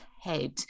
head